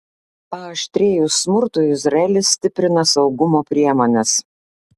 paaštrėjus smurtui izraelis stiprina saugumo priemones